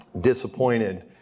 disappointed